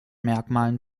merkmalen